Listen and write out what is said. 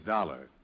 Dollar